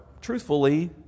truthfully